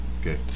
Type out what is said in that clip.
Okay